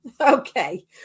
Okay